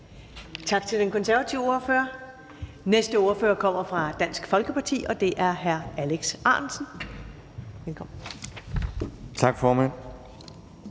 Tak til den konservative ordfører. Den næste ordfører kommer fra Dansk Folkeparti, og det er hr. Alex Ahrendtsen. Velkommen. Kl.